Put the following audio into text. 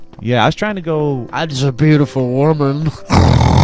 yeah, i was trying to go. i just a beautiful woman